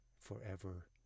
forever